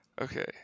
Okay